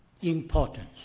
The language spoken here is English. importance